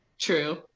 True